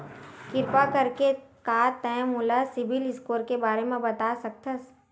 किरपा करके का तै मोला सीबिल स्कोर के बारे माँ बता सकथस?